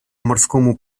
морскому